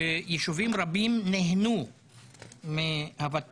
יישובים רבים נהנו מהוותמ"ל.